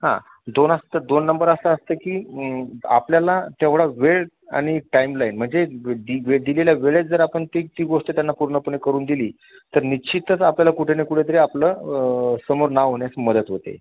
हां दोनास तर दोन नंबर असं असतं की आपल्याला तेवढा वेळ आणि टाईमलाईन म्हणजे दि वे दिलेल्या वेळेत जर आपण ती ती गोष्ट त्यांना पूर्णपणे करून दिली तर निश्चितच आपल्याला कुठे ना कुठेतरी आपलं समोर नाव होण्यास मदत होते